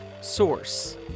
Source